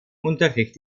unterricht